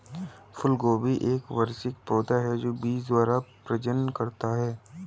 फूलगोभी एक वार्षिक पौधा है जो बीज द्वारा प्रजनन करता है